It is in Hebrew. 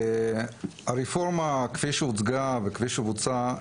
הרפורמה כפי שהוצגה וכפי שבוצעה,